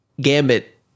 Gambit